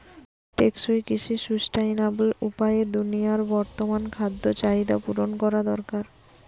টেকসই কৃষি সুস্টাইনাবল উপায়ে দুনিয়ার বর্তমান খাদ্য চাহিদা পূরণ করা দরকার